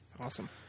Awesome